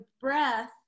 breath